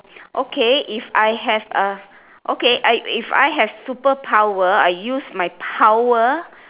okay if I have uh okay I if I have superpower I use my power